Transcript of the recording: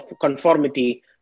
conformity